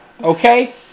Okay